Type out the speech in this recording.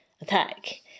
attack